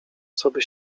coby